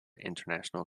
international